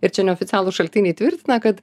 ir čia neoficialūs šaltiniai tvirtina kad